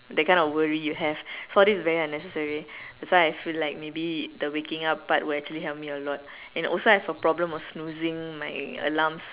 that kind of worry you have so all this is very unnecessary that's why I feel like maybe the waking up part will help me a lot and also I have a problem of snoozing my alarms